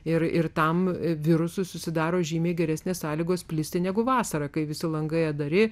ir ir tam virusui susidaro žymiai geresnės sąlygos plisti negu vasarą kai visi langai atdari